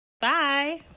Bye